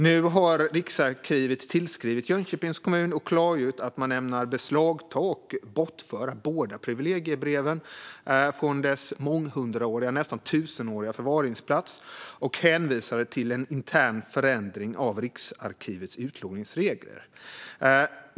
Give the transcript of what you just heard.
Nu har Riksarkivet tillskrivit Jönköpings kommun och klargjort att man ämnar beslagta och bortföra båda privilegiebreven från deras månghundraåriga, nästan tusenåriga, förvaringsplats. Man hänvisar till en intern förändring av Riksarkivets utlåningsregler.